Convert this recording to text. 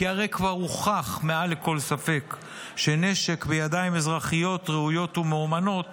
כי הרי כבר הוכח מעל לכל ספק שנשק בידיים אזרחיות ראויות ומאומנות